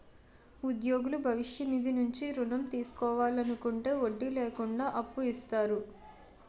ఉద్యోగులు భవిష్య నిధి నుంచి ఋణం తీసుకోవాలనుకుంటే వడ్డీ లేకుండా అప్పు ఇస్తారు